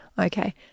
Okay